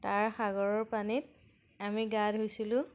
তাৰ সাগৰৰ পানীত আমি গা ধুইছিলোঁ